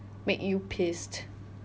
make you pissed